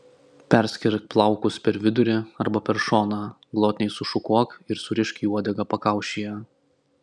perskirk plaukus per vidurį arba per šoną glotniai sušukuok ir surišk į uodegą pakaušyje